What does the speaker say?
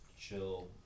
Chill